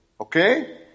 Okay